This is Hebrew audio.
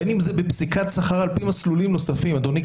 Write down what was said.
בין אם זה בפסיקת שכר על פי מסלולים נוספים -- אדוני,